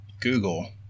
Google